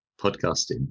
podcasting